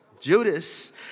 Judas